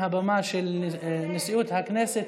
מהבמה של נשיאות הכנסת,